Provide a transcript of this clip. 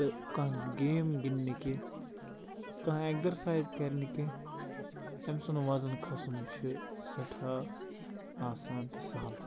تہٕ کانٛہہ گیم گِںدٕ نہٕ کیٚنٛہہ کانٛہہ ایکزَرسایِز کَرِ نہٕ کیٚنٛہہ أمۍ سُنٛد وَزَن کھسُن چھُ سٮ۪ٹھاہ آسان تہٕ سہل